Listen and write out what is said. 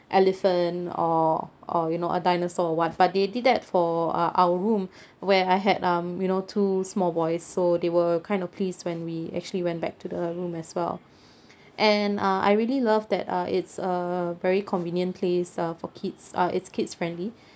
elephant or or you know a dinosaur or what but they did that for uh our room where I had um you know two small boys so they were kind of pleased when we actually went back to the room as well and uh I really love that uh it's a very convenient place uh for kids uh it's kids friendly